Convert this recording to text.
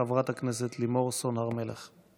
חברת הכנסת לימור סון הר מלך.